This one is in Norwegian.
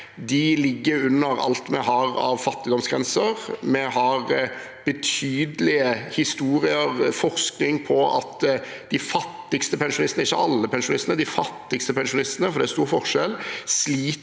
ligger under alt vi har av fattigdomsgrenser. Vi har betydelige historier om og forskning på at de fattigste pensjonistene – ikke alle pensjonistene, de fattigste pensjonistene, for det er stor forskjell – sliter